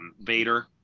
Vader